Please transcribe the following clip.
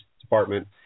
department